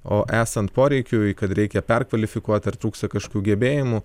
o esant poreikiui kad reikia perkvalifikuot ar trūksta kažkokių gebėjimų